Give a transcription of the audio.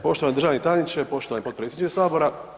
Poštovani državni tajniče, poštovani potpredsjedniče sabora.